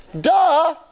Duh